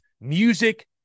music